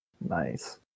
Nice